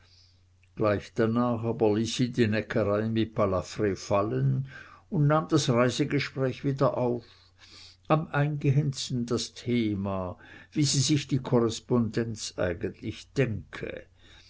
gleich danach aber ließ sie die neckerei mit balafr fallen und nahm das reisegespräch wieder auf am eingehendsten das thema wie sie sich die korrespondenz eigentlich denke